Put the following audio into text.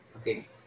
Okay